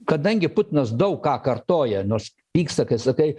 kadangi putinas daug ką kartoja nors pyksta kai sakai